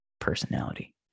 personality